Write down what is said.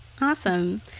Awesome